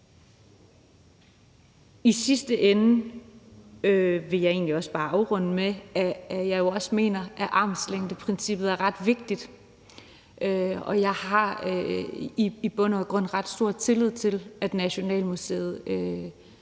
vil egentlig også bare afrunde med, at jeg jo også mener, at armslængdeprincippet er ret vigtigt. Jeg har i bund og grund ret stor tillid til, at Nationalmuseet